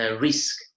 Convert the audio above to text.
risk